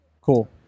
Cool